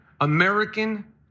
American